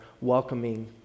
welcoming